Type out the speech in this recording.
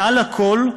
מעל הכול,